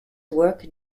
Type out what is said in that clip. work